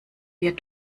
wir